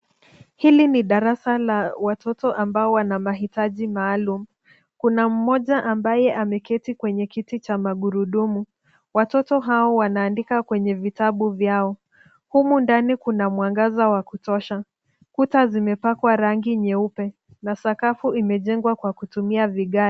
Hili ni darasa la watoto ambao wana mahitaji maalum. Kuna mmoja ambaye ameketi kwenye kiti cha magurudumu. Watoto hawa wanaandika kwenye vitabu vyao. Humu ndani kuna mwangaza wa kutosha, kuta zimepakwa rangi nyeupe, na sakafu imejengwa kwa kutumia vigae.